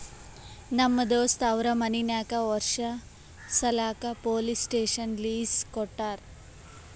ನಮ್ ದೋಸ್ತ್ ಅವ್ರ ಮನಿ ನಾಕ್ ವರ್ಷ ಸಲ್ಯಾಕ್ ಪೊಲೀಸ್ ಸ್ಟೇಷನ್ಗ್ ಲೀಸ್ ಕೊಟ್ಟಾರ